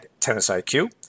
tennisiq